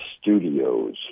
studios